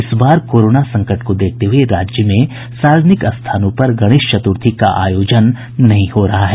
इस बार कोरोना संकट को देखते हुये राज्य में सार्वजनिक स्थानों पर गणेश चतुर्थी का आयोजन नहीं हो रहा है